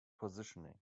positioning